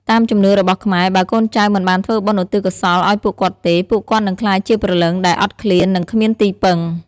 តាមជំនឿរបស់ខ្មែរ បើកូនចៅមិនបានធ្វើបុណ្យឧទ្ទិសកុសលឱ្យពួកគាត់ទេ ពួកគាត់នឹងក្លាយជាព្រលឹងដែលអត់ឃ្លាន និងគ្មានទីពឹង។